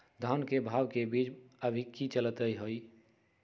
धान के बीज के भाव अभी की चलतई हई?